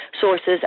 sources